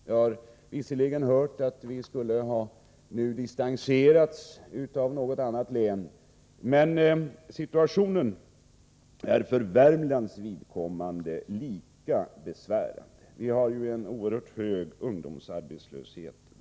Jag har visserligen hört att vi nu skulle ha distanserats av något annat län, men situationen är för Värmlands vidkommande lika besvärande. Vi har bl.a. en oerhört hög ungdomsarbetslöshet.